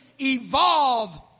evolve